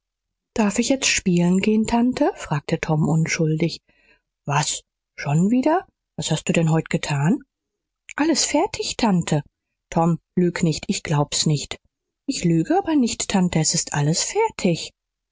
darf ich jetzt spielen gehen tante fragte tom unschuldig was schon wieder was hast du denn heut getan alles fertig tante tom lüg nicht ich glaub's nicht ich lüge aber nicht tante es ist alles fertig